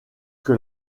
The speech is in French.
que